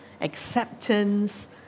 acceptance